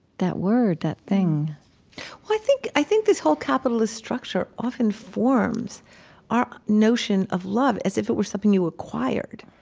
that word, that thing well, i think i think this whole capitalist structure often forms our notion of love as if it were something you acquired,